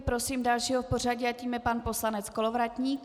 Prosím dalšího v pořadí a tím je pan poslanec Kolovratník.